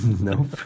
Nope